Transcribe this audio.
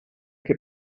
che